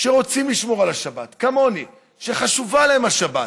שרוצים לשמור על השבת, כמוני, חשובה להם השבת,